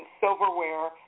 silverware